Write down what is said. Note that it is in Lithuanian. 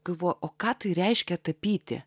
galvoju o ką tai reiškia tapyti